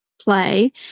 play